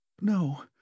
No